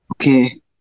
Okay